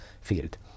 field